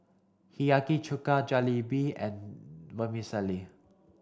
Hiyashi Chuka Jalebi and Vermicelli